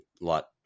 lot –